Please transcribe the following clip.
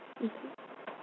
mmhmm